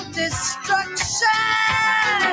destruction